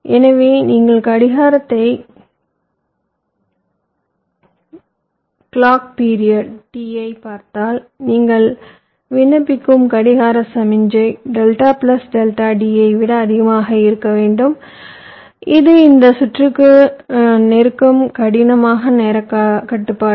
எனவே நீங்கள் கடிகாரக் காலமான T ஐப் பார்த்தால் நீங்கள் விண்ணப்பிக்கும் கடிகார சமிக்ஞை டெல்டா பிளஸ் டெல்டா D ஐ விட அதிகமாக இருக்க வேண்டும் இது இந்த சுற்றுக்கு இருக்கும் கடினமான நேரக் கட்டுப்பாடு